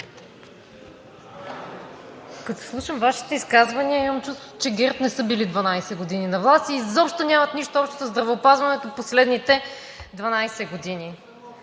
Като слушам Вашите изказвания, имам чувството, че ГЕРБ не са били 12 години на власт и изобщо нямат нищо общо със здравеопазването в последните 12 години.